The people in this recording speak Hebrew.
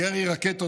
ירי רקטות